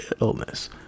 illness